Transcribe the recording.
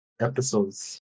episodes